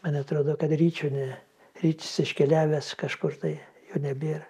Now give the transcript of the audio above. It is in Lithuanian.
man atrodo kad ryčio ne rytis iškeliavęs kažkur tai jo nebėra